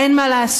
אין מה לעשות,